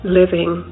living